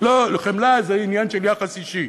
חמלה זה עניין של יחס אישי.